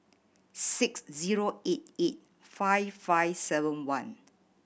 six zero eight eight five five seven one